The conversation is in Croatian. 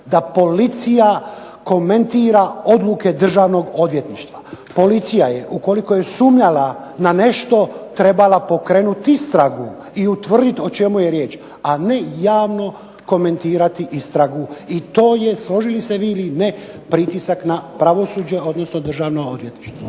da policija komentira odluke Državnog odvjetništva. Policija je ukoliko je sumnjala na nešto trebala pokrenuti istragu i utvrditi o čemu je riječ, a ne javno komentirati istragu. I to je složili se vi ili ne pritisak na pravosuđe, odnosno Državno odvjetništvo.